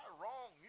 wrong